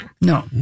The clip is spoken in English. No